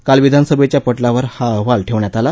काल विधानसभेच्या पटलावर हा अहवाल ठेवण्यात आला